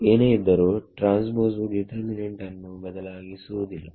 ಏನೇ ಇದ್ದರೂ ಟ್ರಾನ್ಸ್ಪೋಸ್ವು ಡಿಟರ್ಮಿನೆಂಟ್ ಅನ್ನು ಬದಲಾಯಿಸುವುದಿಲ್ಲ